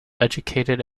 educated